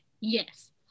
Yes